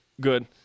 good